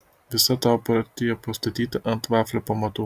visa tavo partija pastatyta ant vaflio pamatų